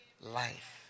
life